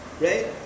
right